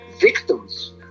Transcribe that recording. victims